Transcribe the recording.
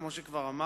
כמו שכבר אמרתי,